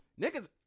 niggas